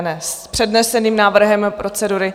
Ne, s předneseným návrhem procedury.